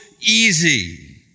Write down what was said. easy